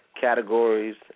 categories